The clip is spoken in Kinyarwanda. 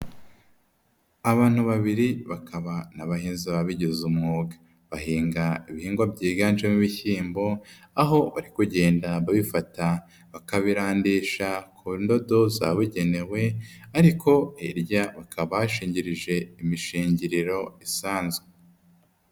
Abantu babiri bakaba n'abahinzi babigize umwuga, bahinga ibihingwa byiganjemo ibishyimbo, aho bari kugenda babifata bakabirandisha ku ndodo zabugenewe, ariko hirya bakaba bashingirije imishingiriro isanzwe.